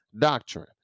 doctrine